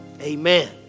Amen